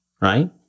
right